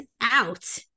out